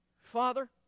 Father